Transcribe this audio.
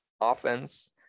offense